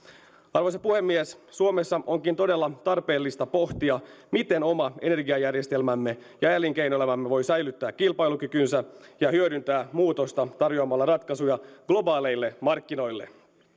arvoisa puhemies suomessa onkin todella tarpeellista pohtia miten oma energiajärjestelmämme ja elinkeinoelämämme voivat säilyttää kilpailukykynsä ja hyödyntää muutosta tarjoamalla ratkaisuja globaaleille markkinoille